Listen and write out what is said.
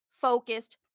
focused